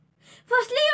firstly